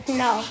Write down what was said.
no